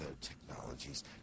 technologies